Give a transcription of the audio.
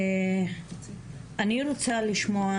אני רוצה לשמוע,